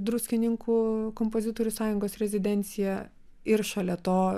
druskininkų kompozitorių sąjungos rezidencija ir šalia to